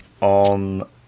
on